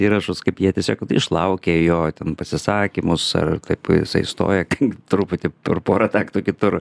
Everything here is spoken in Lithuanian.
įrašus kaip jie tiesiog išlaukia jo ten pasisakymus ar kaip jisai įstoja kai truputį per pora taktų kitur